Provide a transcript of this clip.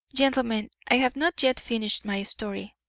gentlemen, i have not yet finished my story,